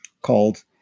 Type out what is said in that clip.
called